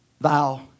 thou